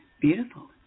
Beautiful